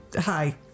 Hi